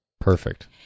Perfect